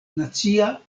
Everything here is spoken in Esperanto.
nacia